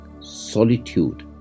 solitude